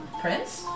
Prince